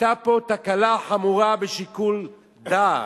היתה פה תקלה חמורה בשיקול דעת.